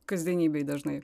kasdienybėj dažnai